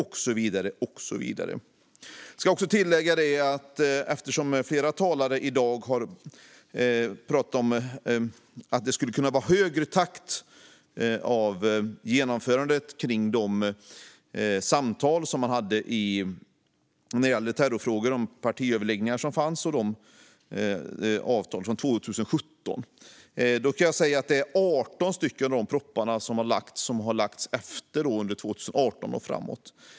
Jag ska också tillägga något eftersom flera talare i dag har pratat om att det skulle kunna vara en högre takt i genomförandet utifrån de samtal som man hade när det gäller terrorfrågor, de partiöverläggningar som var och de avtal som finns från 2017. Då kan jag säga att 18 propositioner har lagts fram under 2018 och framåt.